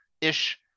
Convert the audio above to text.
ish